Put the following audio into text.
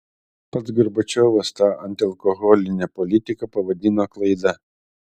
pats gorbačiovas tą antialkoholinę politiką pavadino klaida